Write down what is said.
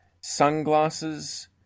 sunglasses